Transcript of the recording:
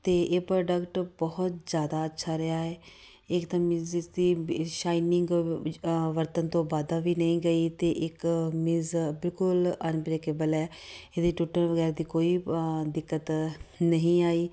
ਅਤੇ ਇਹ ਪ੍ਰੋਡਕਟ ਬਹੁਤ ਜ਼ਿਆਦਾ ਅੱਛਾ ਰਿਹਾ ਹੈ ਇੱਕ ਤਾਂ ਮੀਨਜ਼ ਇਸਦੀ ਸ਼ਾਈਨਿੰਗ ਵਰਤਣ ਤੋਂ ਬਾਅਦ ਵੀ ਨਹੀਂ ਗਈ ਅਤੇ ਇੱਕ ਮੀਨਜ਼ ਬਿਲਕੁਲ ਅਨਬਰੇਕਵਲ ਹੈ ਇਹਦੀ ਟੁੱਟਣ ਵਗੈਰਾ ਦੀ ਕੋਈ ਦਿੱਕਤ ਨਹੀਂ ਆਈ